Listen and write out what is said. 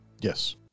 Yes